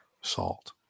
salt